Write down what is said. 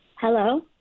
Hello